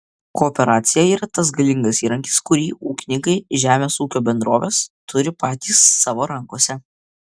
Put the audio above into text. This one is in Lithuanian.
kooperacija yra tas galingas įrankis kurį ūkininkai žemės ūkio bendrovės turi patys savo rankose